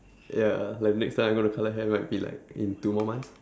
ya like next time I'm gonna colour hair might be like in two more months